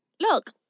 look